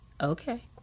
okay